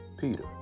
Peter